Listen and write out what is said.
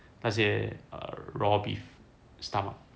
那些 err raw beef stomach